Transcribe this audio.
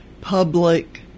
public